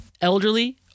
elderly